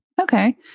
Okay